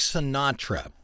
Sinatra